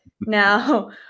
now –